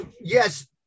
Yes